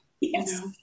yes